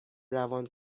روان